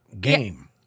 game